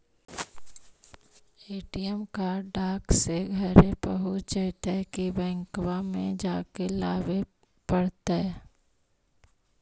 ATM card डाक से घरे पहुँच जईतै कि बैंक में जाके लाबे पड़तै?